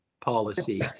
policies